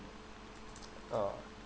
uh